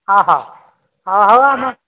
ହଉ ଆମ